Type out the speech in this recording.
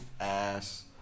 ass